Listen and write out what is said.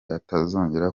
atazongera